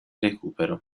recupero